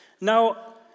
Now